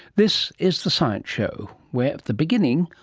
this is the science show where, at the beginning,